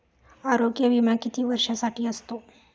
आरोग्य विमा किती वर्षांसाठी असतो?